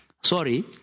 sorry